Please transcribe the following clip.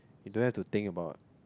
you don't have to think about